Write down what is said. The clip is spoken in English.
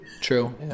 True